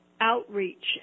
outreach